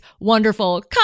wonderful